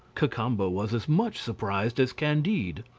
cacambo was as much surprised as candide.